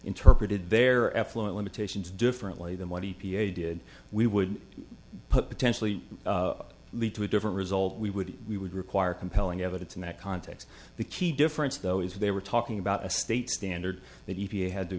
interpreted their effluent limitations differently than what he did we would potentially lead to a different result we would we would require compelling evidence in that context the key difference though is they were talking about a state standard the e p a had to